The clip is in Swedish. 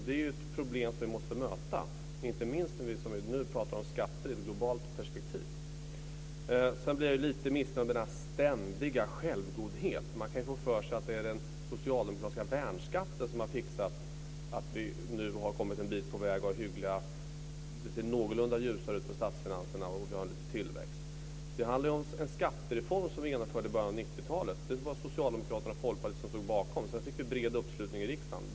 Det är ett problem vi måste möta, inte minst när vi som nu pratar om skatter i ett globalt perspektiv. Sedan blir jag lite missnöjd med denna ständiga självgodhet. Man kan ju få för sig att det är den socialdemokratiska värnskatten som har fixat att vi nu har kommit en bit på väg, att det ser någorlunda ljust ut för statsfinanserna och att vi har lite tillväxt. Det handlar ju om en skattereform som vi genomförde i början av 90-talet. Det var socialdemokrater och folkpartister som stod bakom den. Sedan fick vi en bred uppslutning i riksdagen.